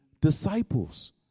disciples